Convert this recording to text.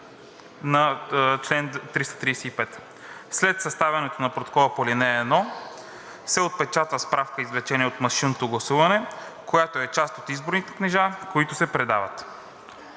„Чл. 335. След съставянето на протокола по ал. 1 се отпечатва справка-извлечение от машинното гласуване, която е част от изборните книжа, които се предават“.